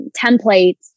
templates